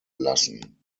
lassen